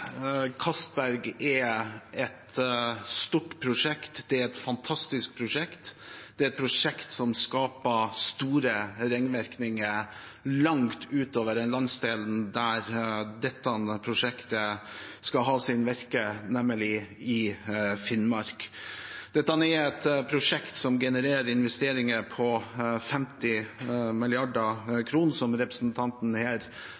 er et stort og fantastisk prosjekt. Det er et prosjekt som skaper store ringvirkninger langt utover den landsdelen hvor dette prosjektet skal ha sitt virke, nemlig i Finnmark. Dette er et prosjekt som genererer investeringer på 50